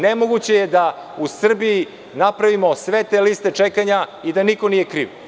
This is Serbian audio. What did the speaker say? Nemoguće je da u Srbiji napravimo sve te liste čekanja i da niko nije kriv.